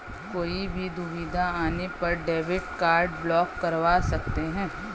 कोई भी दुविधा आने पर डेबिट कार्ड ब्लॉक करवा सकते है